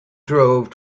drove